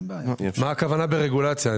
מה הכוונה ברגולציה?